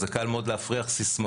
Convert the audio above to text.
זה קל מאוד להפריח סיסמאות,